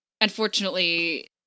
Unfortunately